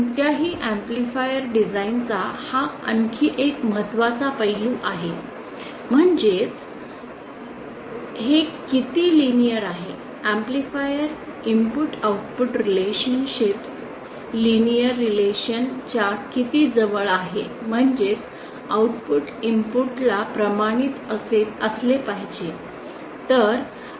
कोणत्याही amplifier design चा हा आणखी एक महत्त्वाचा पैलू आहे म्हणजेच हे किती लिनिअर आहे amplifier input output relationship linear relational च्या किती जवळ आहे म्हणजेच आऊटपुट इनपुट ला प्रमाणित असले पाहिजे